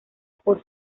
por